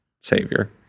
Savior